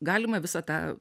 galima visą tą